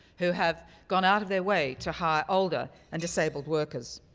who have gone out of their way to hire older and disabled workers.